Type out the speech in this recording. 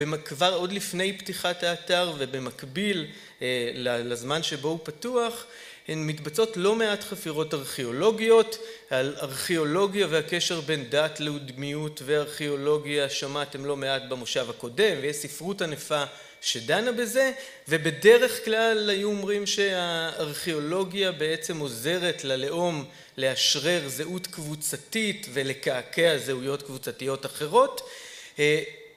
במקור עוד לפני פתיחת האתר ובמקביל לזמן שבו הוא פתוח, הן מתבצעות לא מעט חפירות ארכיאולוגיות, על ארכיאולוגיה והקשר בין דת להודמיות וארכיאולוגיה, שמעתם לא מעט במושב הקודם, ויש ספרות ענפה שדנה בזה, ובדרך כלל היו אומרים שהארכיאולוגיה בעצם עוזרת ללאום להשרר זהות קבוצתית ולקעקע זהויות קבוצתיות אחרות.